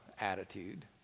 Attitude